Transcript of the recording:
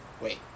wait